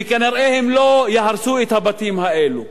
וכנראה הם לא יהרסו את הבתים האלה,